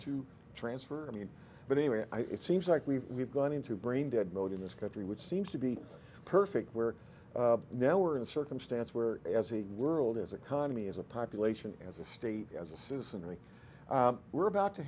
to transfer i mean but anyway it seems like we have gone into brain dead mode in this country which seems to be perfect where now we're in a circumstance where as he whirled his economy as a population as a state as a citizen and we're about to